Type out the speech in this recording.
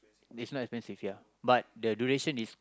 it's not expensive ya but the duration is